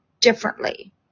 differently